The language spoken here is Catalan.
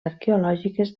arqueològiques